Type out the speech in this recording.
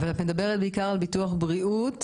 אבל את מדברת בעיקר על ביטוח בריאות.